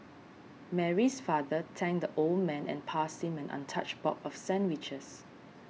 Mary's father thanked the old man and passed him an untouched box of sandwiches